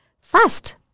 fast